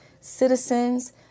citizens